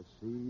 see